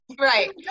Right